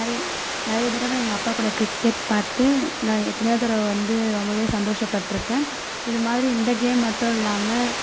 நிறைய நிறைய தடவை எங்கள் அப்பா கூட கிரிக்கெட் பார்த்து நான் எத்தனையோ தடவை வந்து ரொம்பவே சந்தோஷப்பட்டிருக்கேன் இது மாதிரி இந்த கேம் மட்டும் இல்லாமல்